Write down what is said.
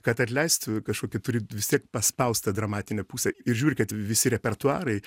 kad atleist tu kažkokį turi vis tiek paspaust tą dramatinę pusę ir žiūri kad visi repertuarai